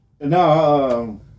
No